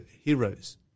heroes